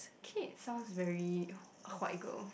Kit sounds very white girl